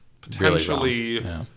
potentially